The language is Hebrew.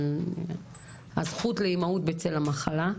על הזכות לאימהות בצל המחלה,